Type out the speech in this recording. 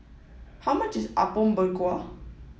how much is Apom Berkuah